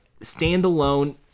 standalone